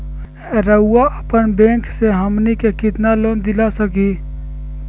रउरा अपन बैंक से हमनी के कितना लोन दिला सकही?